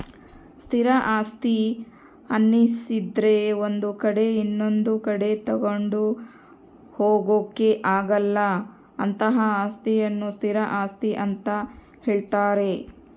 ಸ್ಥಿರ ಆಸ್ತಿ ಅನ್ನಿಸದ್ರೆ ಒಂದು ಕಡೆ ಇನೊಂದು ಕಡೆ ತಗೊಂಡು ಹೋಗೋಕೆ ಆಗಲ್ಲ ಅಂತಹ ಅಸ್ತಿಯನ್ನು ಸ್ಥಿರ ಆಸ್ತಿ ಅಂತ ಹೇಳ್ತಾರೆ